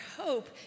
hope